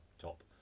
top